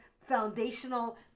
foundational